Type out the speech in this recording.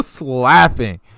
laughing